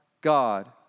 God